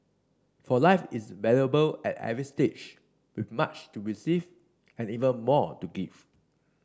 for life is valuable at every stage with much to receive and even more to give